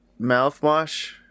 Mouthwash